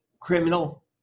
criminal